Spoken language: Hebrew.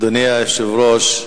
אדוני היושב-ראש,